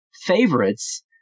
favorites